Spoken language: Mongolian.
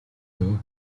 дөө